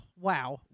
Wow